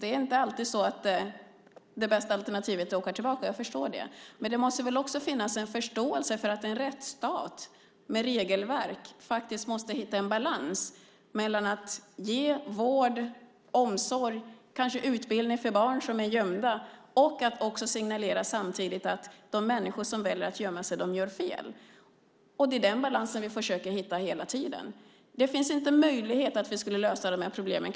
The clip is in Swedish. Det är inte alltid så att det bästa alternativet är att åka tillbaka; jag förstår det. Men det måste väl också finnas en förståelse för att en rättsstat med regelverk måste hitta en balans mellan att ge vård, omsorg och kanske utbildning för barn som är gömda och att signalera att de människor som väljer att gömma sig gör fel. Det är den balansen vi försöker hitta hela tiden. Det finns inte en möjlighet att vi skulle lösa de här problemen.